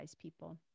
people